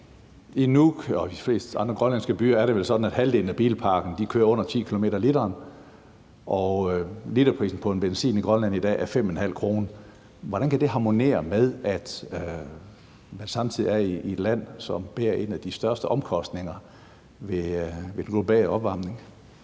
I Nuuk og i de fleste andre grønlandske byer er det vel sådan, at halvdelen af bilparken kører under 10 km på literen, og literprisen på benzinen i Grønland i dag er 5,50 kr. Hvordan kan det harmonere med, at det samtidig er et af de lande, som bærernogle af de største omkostninger ved den globale opvarmning?